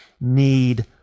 need